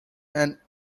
and